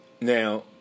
now